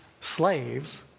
slaves